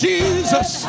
Jesus